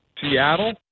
Seattle